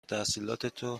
تحصیلاتو